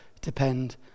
depend